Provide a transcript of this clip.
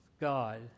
God